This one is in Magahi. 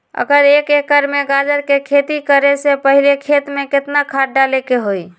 अगर एक एकर में गाजर के खेती करे से पहले खेत में केतना खाद्य डाले के होई?